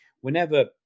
whenever